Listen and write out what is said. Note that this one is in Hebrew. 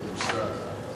כדורסל,